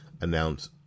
announce